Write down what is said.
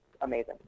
amazing